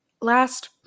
Last